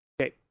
Okay